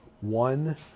one